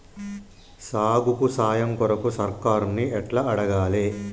సాగుకు సాయం కొరకు సర్కారుని ఎట్ల అడగాలే?